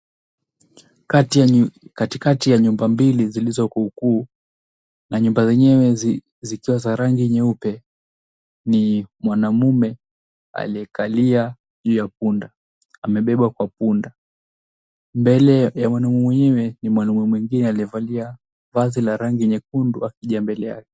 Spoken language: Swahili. Katikati ya nyumba mbili zilizokuukuu na nyumba zenyewe zikiwa za rangi nyeupe ni mwanaume aliyekalia juu ya punda, amebebwa kwa punda. Mbele ya mwanaume mwenyewe ni mwanaume mwingine aliyevalia vazi la rangi nyekundu akija mbele yake.